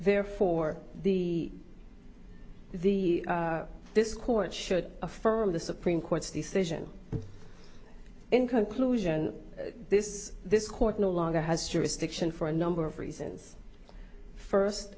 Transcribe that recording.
therefore the the this court should affirm the supreme court's decision in conclusion this this court no longer has jurisdiction for a number of reasons first